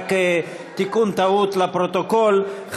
רק תיקון טעות לפרוטוקול,